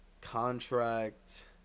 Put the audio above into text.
Contract